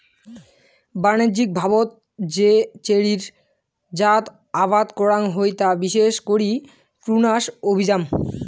বাণিজ্যিকভাবত যে চেরির জাত আবাদ করাং হই তা বিশেষ করি প্রুনাস অভিয়াম